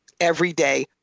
everyday